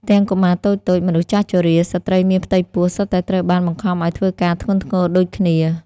ទាំងកុមារតូចៗ មនុស្សចាស់ជរា ស្ត្រីមានផ្ទៃពោះ សុទ្ធតែត្រូវបានបង្ខំឱ្យធ្វើការធ្ងន់ធ្ងរដូចគ្នា។